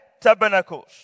tabernacles